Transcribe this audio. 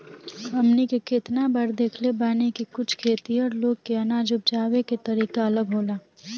हमनी के केतना बार देखले बानी की कुछ खेतिहर लोग के अनाज उपजावे के तरीका अलग होला